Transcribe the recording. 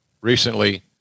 recently